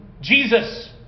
Jesus